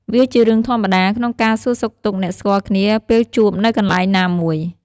វាជារឿងធម្មតា ក្នុងការសួរសុខទុក្ខអ្នកស្គាល់គ្នាពេលជួបនៅកន្លែងណាមួយ។